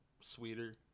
sweeter